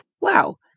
Wow